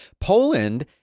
Poland